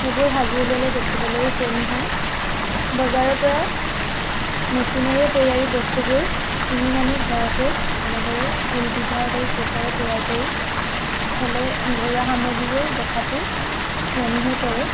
সেইবোৰ সাজি উলিয়ালে দেখিবলৈও শুৱনি হয় বজাৰৰ পৰা মেচিনেৰে তৈয়াৰী বস্তুবোৰ কিনি নানি ঘৰতেই এনেদৰে ঊল ব্যৱহাৰ কৰি কুৰ্চাৰে তৈয়াৰ কৰি থ'লে ঘৰুৱা সামগ্ৰীবোৰ দেখাতো শুৱনি হৈ পৰে